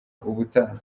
ubutaha